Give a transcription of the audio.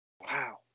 Wow